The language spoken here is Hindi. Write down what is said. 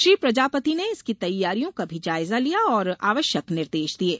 श्री प्रजापति ने इसकी तैयारियों का भी जायजा लिया और आवश्यक निर्देश दिये